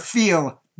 feel